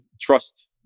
trust